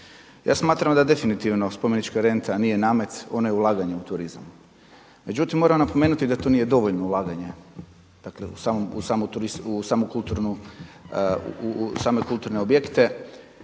Ja smatram da definitivno spomenička renta nije namet, ona je ulaganje u turizam. Međutim, moram napomenuti da to nije dovoljno ulaganje, dakle u samu kulturnu, u same